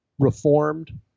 reformed